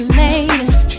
latest